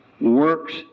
works